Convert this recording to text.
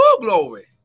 glory